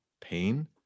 pain